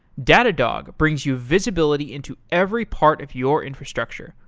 datadog brings you visibility into every part of your infrastructure,